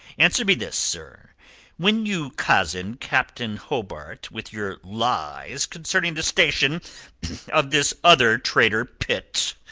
answer me this, sir when you cozened captain hobart with your lies concerning the station of this other traitor pitt,